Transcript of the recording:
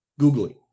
Googling